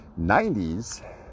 90s